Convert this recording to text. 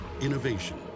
Innovation